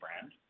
brand